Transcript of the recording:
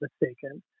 mistaken